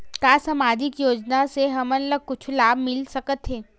का सामाजिक योजना से हमन ला कुछु लाभ मिल सकत हे?